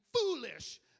Foolish